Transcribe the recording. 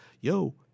yo